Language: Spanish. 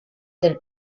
del